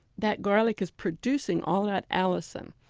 that garlic is producing all that allicin.